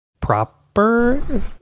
proper